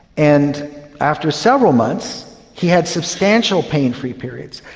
and after several months he had substantial pain free periods.